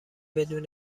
بدون